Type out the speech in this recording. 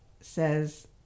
says